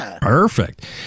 perfect